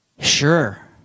Sure